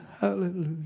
hallelujah